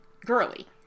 girly